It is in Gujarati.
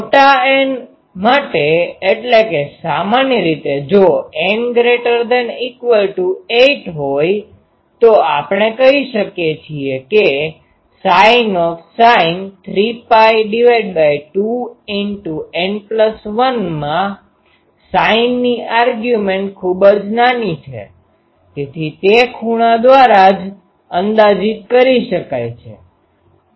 મોટા N માટે એટલે કે સામાન્ય રીતે જો N8 હોય તો આપણે કહી શકીએ છીએ કે sin 3π2N1 માં sin ની આર્ગ્યુમેન્ટ ખુબ જ નાની છે તેથી તે ખૂણા દ્વારા જ અંદાજિત કરી શકાય છે